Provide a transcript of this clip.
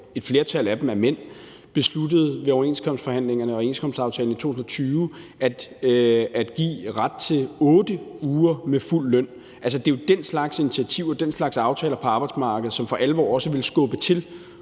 et flertal af dem er mænd, besluttede ved overenskomstforhandlingerne og overenskomstaftalen fra 2020 at give ret til 8 uger med fuld løn. Det er jo den slags initiativer og den slags aftaler på arbejdsmarkedet, som også for alvor vil skubbe til